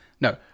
No